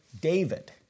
David